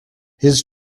his